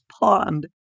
pond